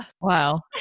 Wow